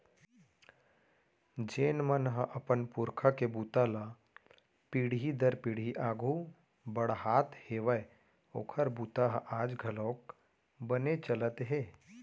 जेन मन ह अपन पूरखा के बूता ल पीढ़ी दर पीढ़ी आघू बड़हात हेवय ओखर बूता ह आज घलोक बने चलत हे